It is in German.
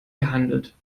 gehandelt